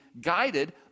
guided